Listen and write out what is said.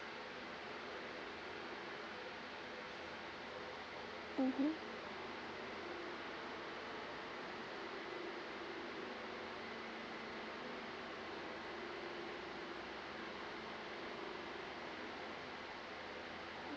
mmhmm